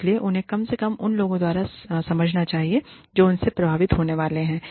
इसलिए उन्हें कम से कम उन लोगों द्वारा समझा जाना चाहिए जो उनसे प्रभावित होने वाले हैं